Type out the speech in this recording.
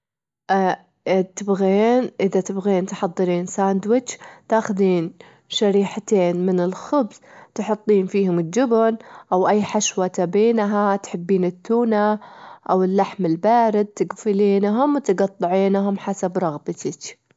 إذا تبغين تحضرين ساندوتش، تاخدين شريحتين من الخبز تحطين فيهم الجبن أو أي حشوة تبينها، تحبين التونة أو اللحم البارد، تجفلينهم وتجطعينهم حسب رغبتشك.